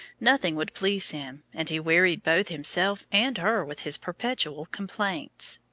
nothing would please him, and he wearied both himself and her with his perpetual complaints.